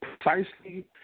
Precisely